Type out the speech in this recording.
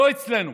לא אצלנו,